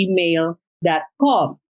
gmail.com